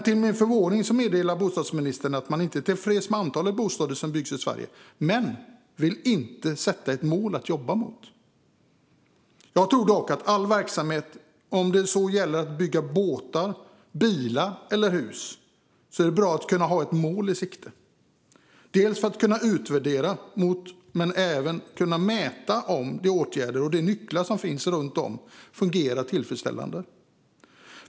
Till min förvåning meddelar dock bostadsministern att man inte är tillfreds med antalet bostäder som byggs i Sverige men inte vill sätta ett mål att jobba mot. Jag tror dock att det i all verksamhet, om det så gäller att bygga båtar, bilar eller hus, är bra att ha ett mål i sikte, för att kunna utvärdera men även för att kunna mäta om de åtgärder och de nycklar som finns fungerar tillfredsställande.